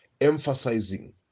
emphasizing